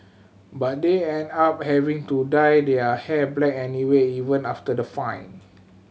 but they end up having to dye their hair black anyway even after the fine